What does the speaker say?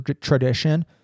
tradition